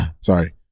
sorry